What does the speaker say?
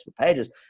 pages